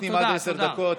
אנחנו נותנים עד עשר דקות.